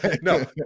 No